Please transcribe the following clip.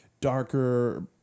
darker